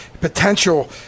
potential